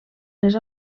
les